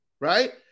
Right